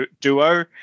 duo